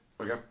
Okay